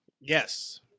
Yes